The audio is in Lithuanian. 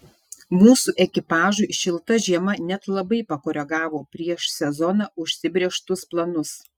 mūsų ekipažui šilta žiema net labai pakoregavo prieš sezoną užsibrėžtus planus